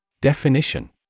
Definition